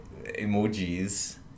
emojis